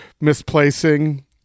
misplacing